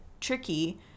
tricky